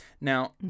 now